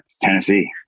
Tennessee